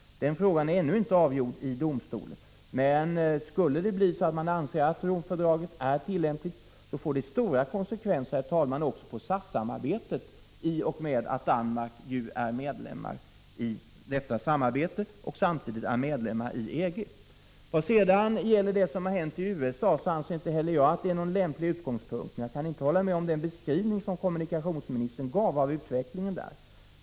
Denna fråga har ännu inte avgjorts i domstolen. Skulle det bli så att man anser att Romfördraget är tillämpligt, får det stora konsekvenser även för SAS-samarbetet genom att Danmark ju är medlem i detta samarbete och samtidigt ingår i EG. Inte heller jag anser att det som har hänt i USA är någon lämplig utgångspunkt. Men jag kan inte instämma i den beskrivning som kommunikationsministern gav av utvecklingen där.